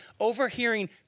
overhearing